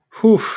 Whew